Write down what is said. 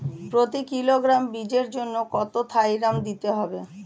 প্রতি কিলোগ্রাম বীজের জন্য কত থাইরাম দিতে হবে?